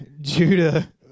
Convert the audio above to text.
Judah